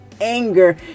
anger